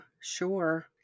sure